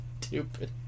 stupid